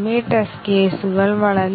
തുടർന്ന് ചില ടെസ്റ്റ് കേസുകൾ പരാജയപ്പെടുകയും ചെയ്താൽ ഞങ്ങളുടെ ടെസ്റ്റ് കേസുകൾ യഥാർത്ഥത്തിൽ നന്നായി പരിശോധിക്കുന്നുണ്ടെന്ന് ഞങ്ങൾക്കറിയാം ഞങ്ങൾ അവതരിപ്പിച്ച ബഗ് അവർ പിടികൂടി മ്യൂട്ടന്റ് ഡെഡ് ആയി എന്നു ഞങ്ങൾ പറയുന്നു ഇതിനർത്ഥം ഈ തരത്തിലുള്ള ബഗുകൾ ഞങ്ങളുടെ ടെസ്റ്റ് കേസുകൾ കണ്ടുപിടിക്കാൻ കഴിയുമെന്നും ടെസ്റ്റ് കേസുകൾ കണ്ടെത്തുന്നുണ്ടോയെന്ന് പരിശോധിക്കാൻ ഞങ്ങൾ പുതിയ ബഗുകൾ ശ്രമിച്ചേക്കാം എന്നാൽ എല്ലാ ടെസ്റ്റ് കേസുകളും വിജയിക്കുകയും ഞങ്ങൾ ഒരു ബഗ് അവതരിപ്പിച്ചുവെന്ന് അറിയുകയും ചെയ്താൽ ഞങ്ങളുടെ ടെസ്റ്റ് കേസുകൾ വേണ്ടത്ര നന്നല്ല